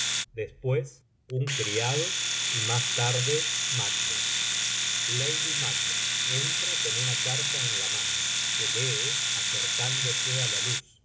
después un criado y más tarde macbeth líady ivlac entra con una carta en la mano que lee acercándose á la luz